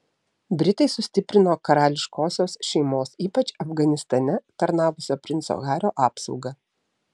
britai sustiprino karališkosios šeimos ypač afganistane tarnavusio princo hario apsaugą